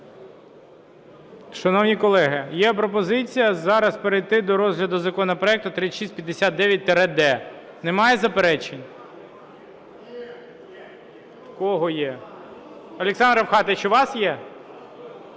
Шановні колеги, є пропозиція зараз перейти до розгляду законопроекту 3659-д. Немає заперечень? В кого є? Олександр Рафкатович, у вас є?